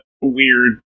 weird